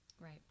right